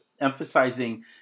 emphasizing